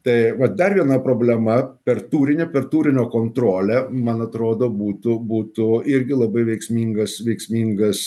tai va dar viena problema per turinį per turinio kontrolę man atrodo būtų būtų irgi labai veiksmingas veiksmingas